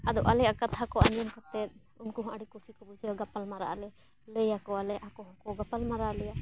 ᱟᱫᱚ ᱟᱞᱮᱭᱟᱜ ᱠᱟᱛᱷᱟ ᱠᱚ ᱟᱸᱡᱚᱢ ᱠᱟᱛᱮᱫ ᱩᱱᱠᱩ ᱦᱚᱸ ᱟᱹᱰᱤ ᱠᱩᱥᱤ ᱠᱚ ᱵᱩᱡᱷᱟᱹᱣᱟ ᱜᱟᱯᱟᱞ ᱢᱟᱨᱟᱜ ᱟᱞᱮ ᱞᱟᱹᱭᱟᱠᱚᱣᱟᱞᱮ ᱟᱠᱚ ᱦᱚᱸᱠᱚ ᱜᱟᱯᱟᱞᱢᱟᱨᱟᱣ ᱟᱞᱮᱭᱟ